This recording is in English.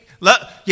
love